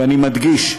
ואני מדגיש,